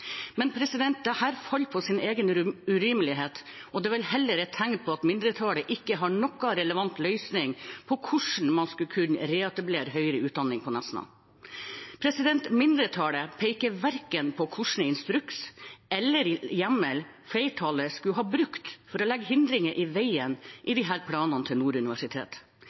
men dette faller på sin egen urimelighet. Det er vel heller et tegn på at mindretallet ikke har noen relevant løsning på hvordan man skulle kunne reetablere høyere utdanning på Nesna. Mindretallet peker verken på hvilken instruks eller hvilken hjemmel flertallet skulle ha brukt for å legge hindringer i veien for disse planene til